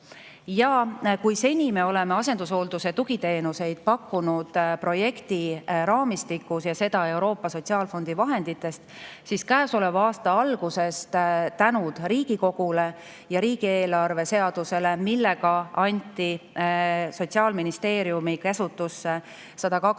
Kui seni me oleme asendushoolduse tugiteenuseid pakkunud projekti raamistikus, ja seda Euroopa Sotsiaalfondi vahenditest, siis käesoleva aasta algusest tänu Riigikogule ja riigieelarve seadusele, millega anti Sotsiaalministeeriumi käsutusse 120